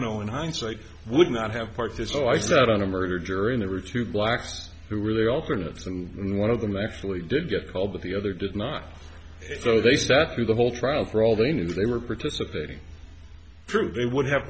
know in hindsight would not have participant i sat on a murder jury there were two blacks who really alternates and one of them actually did get called but the other did not so they sat through the whole trial for all they knew they were participating prove they would have